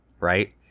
right